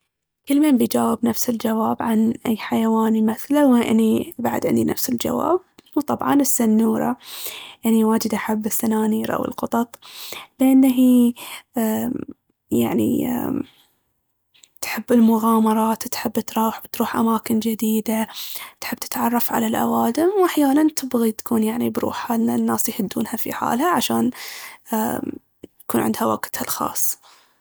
كل مين بيجاوب نفس الجواب عن أي حيوان يمثله، وأني بعد عندي نفس الجواب، هو طبعاً: السنورة. أني واجد أحب السنانير، أو القطط، لأن هي يعني تحب المغامرات، تحب ترو- تروح أماكن جديدة، تحب تتعرف على الأوادم، وأحياناً تبغي تكون يعني بروحها، ان الناس يهدونها في حالها، عشان عندها يكون وقتها الخاص.